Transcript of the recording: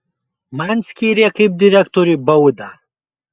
man skyrė kaip direktoriui baudą